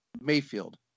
Mayfield